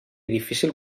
difícil